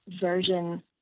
version